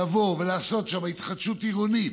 לבוא ולעשות שם התחדשות עירונית,